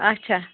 اَچھا